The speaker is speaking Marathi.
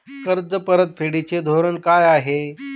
कर्ज परतफेडीचे धोरण काय आहे?